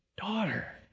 daughter